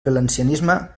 valencianisme